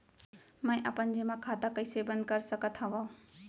मै अपन जेमा खाता कइसे बन्द कर सकत हओं?